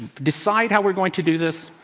decide how we're going to do this,